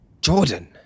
Jordan